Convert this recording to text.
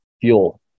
fuel